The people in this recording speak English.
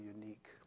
unique